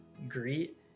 greet